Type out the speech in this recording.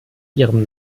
ihrem